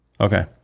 Okay